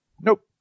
Nope